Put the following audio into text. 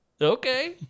Okay